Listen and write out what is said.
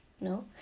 no